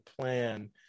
plan